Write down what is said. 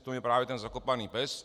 V tom je právě ten zakopaný pes.